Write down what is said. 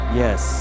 yes